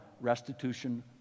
restitution